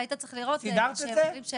סידרת את זה?